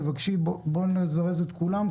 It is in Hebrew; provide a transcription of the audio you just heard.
בואי נזרז את כולם,